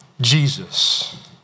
Jesus